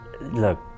look